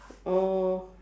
oh